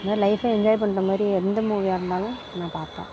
இதுமாதிரி லைஃப்பை என்ஜாய் பண்ணுற மாதிரி எந்த மூவியாக இருந்தாலும் நான் பார்ப்பேன்